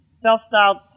self-styled